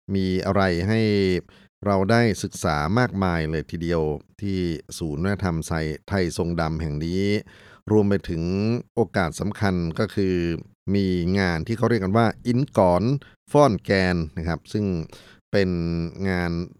มีอะไรให้เราได้ศึกษามากมายเลยทีเดียวที่ศูนย์วัฒนธรรมไทยทรงดำแห่งนี้ รวมไปถึงโอกาสสำคัญก็คือมีงานที่เขาเรียกกันว่าอินก่อนฟ้อนแกนนะครับ ซึ่งเป็นงาน